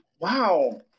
Wow